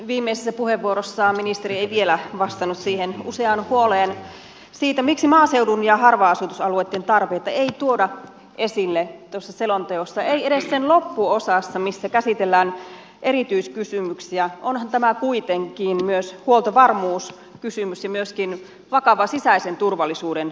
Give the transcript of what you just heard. viimeisessä puheenvuorossaan ministeri ei vielä vastannut useaan huoleen siitä miksi maaseudun ja harva asutusalueitten tarpeita ei tuoda esille selonteossa ei edes sen loppuosassa missä käsitellään erityiskysymyksiä onhan tämä kuitenkin myös huoltovarmuuskysymys ja myöskin vakava sisäisen turvallisuuden asia